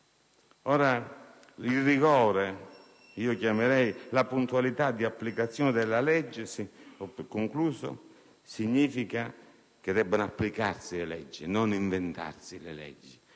Ora il rigore, che io chiamerei puntualità di applicazione della legge, significa che debbono applicarsi le leggi e non inventarsi le leggi.